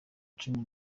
cumi